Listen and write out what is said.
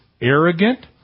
arrogant